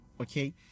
okay